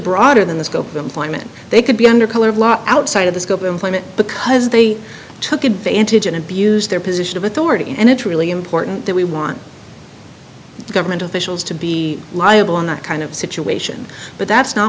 broader than the scope of employment they could be under color of law outside of the scope of employment because they took advantage and abused their position of authority and it really important that we want government officials to be liable in that kind of situation but that's not